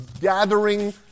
gathering